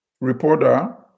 reporter